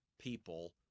people